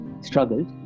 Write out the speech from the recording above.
struggled